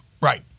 Right